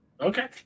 Okay